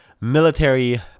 military